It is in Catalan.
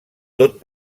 tot